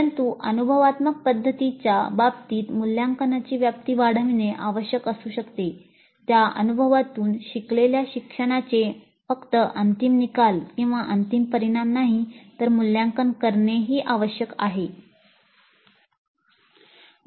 परंतु अनुभवात्मक पध्दतीच्या बाबतीत मुल्यांकनाची व्याप्ती वाढविणे आवश्यक असू शकते त्या अनुभवातून शिकलेल्या शिक्षणाचे फक्त अंतिम निकाल किंवा अंतिम परिणाम नाही तर मूल्यांकन करणेही आवश्यक असते